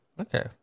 Okay